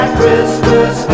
Christmas